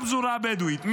בפזורה הבדואית.